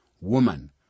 Woman